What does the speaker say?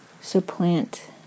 supplant